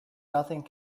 nothing